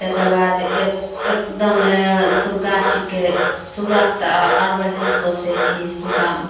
तेकरबाद एक एकदम शुग्गा छिकै शुग्गाक तऽ आ आर बढ़िआँसँ पोसैत छियै शुग्गामे